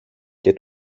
και